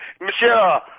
monsieur